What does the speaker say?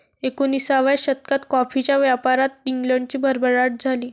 एकोणिसाव्या शतकात कॉफीच्या व्यापारात इंग्लंडची भरभराट झाली